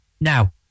now